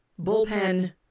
bullpen